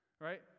right